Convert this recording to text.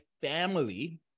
family